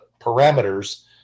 parameters